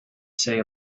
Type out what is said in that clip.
say